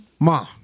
Ma